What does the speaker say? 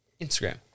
Instagram